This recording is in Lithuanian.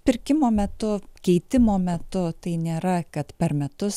pirkimo metu keitimo metu tai nėra kad per metus